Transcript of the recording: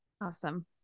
Awesome